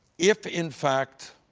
if, in fact,